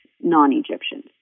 non-Egyptians